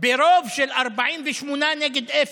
ברוב של 48 נגד אפס,